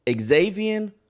Xavier